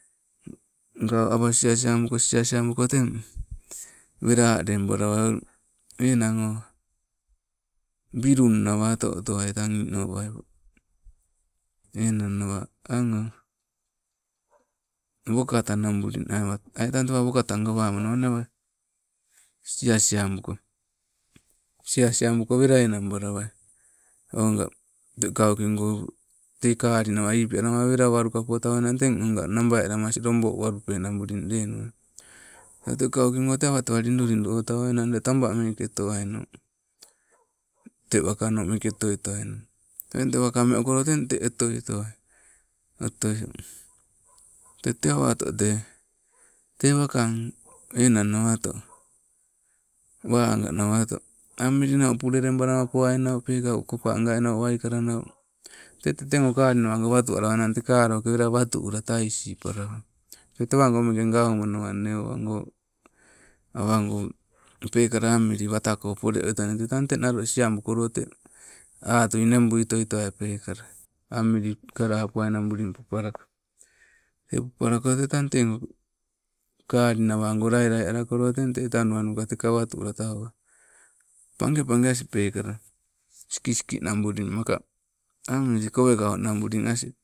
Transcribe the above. Awa siasiabuko, sio- siabuko teng, wela alenuwai, enang o bilung nawa oto otowai tang inawa. Enang nawa, ang oh? Wokata nabuli nawa ai tang tewa wokata gawamanawa siasia buko, siasisabuko ela enang balawai, oga tei koli nawa ibilama wela walukapotau wainang teng oga nabaialama asing lobouabu penna biling lenuwai. te awatewa lidu lidu otauwainang te ule tabameke otowaino, te wakano meke otoi towaino, otoio. Tete awato te, te wakaang enang nawato, waga nawato, ammili nau puleleebalama poainau pekau kopa ngainau waikala nau tete tego kalinawako watualawainangteka loke weleewatu ula taisi palawai. Te tewago meke gaumanawa nne owago, awago ppekala amili watako pole oitone te tang te nalo siabukolo te atui nebbui otoitowai pekala ili kalapuainabuli popalako, te popalako te tang tego kalinawago lailai lakolo ten te etanuwainoka teka atu ula tauwai, page page asing pekala. Sikisiki nabuli maka amili kowekau nabuli asing